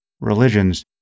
religions